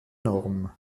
norm